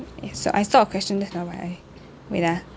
eh so I stop the question just now but I wait ah